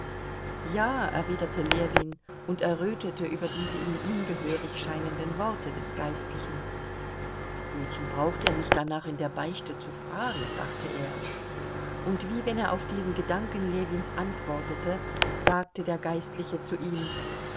ja erwiderte ljewin und errötete über diese ihm ungehörig scheinenden worte des geistlichen wozu braucht er mich danach in der beichte zu fragen dachte er und wie wenn er auf diesen gedanken ljewins antwortete sagte der geistliche zu ihm